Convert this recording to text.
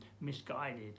misguided